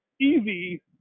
easy